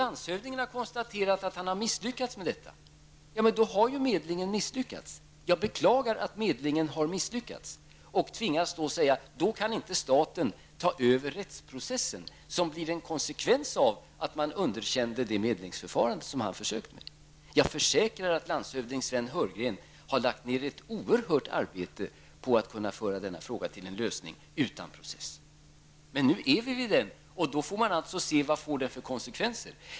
Landshövdingen har konstaterat att han har misslyckats med den uppgifter. Medlingen har alltså misslyckats, och jag beklagar att så är fallet. Jag tvingas då att säga att regeringen i det läget inte kan ta över den rättsprocess som blir en konsekvens av att man inte godkände medlingsförslagen. Jag försäkrar att landshövding Sven Heurgren har lagt ner ett oerhört arbete på att föra denna fråga till en lösning utan process. Vi får nu se vad detta får för konsekvenser.